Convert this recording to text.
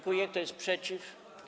Kto jest przeciw?